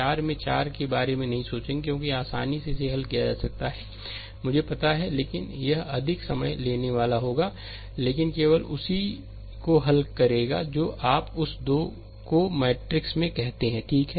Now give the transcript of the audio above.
4 में 4 के बारे में नहीं सोचेंगे क्योंकि आसानी से इसे हल किया जा सकता है मुझे पता है लेकिन यह अधिक समय लेने वाला होगा लेकिन केवल उसी को हल करेगा जो आप उस 2 को 2 मैट्रिक्स में कहते हैं ठीक है